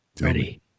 ready